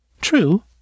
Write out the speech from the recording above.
True